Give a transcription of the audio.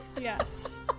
Yes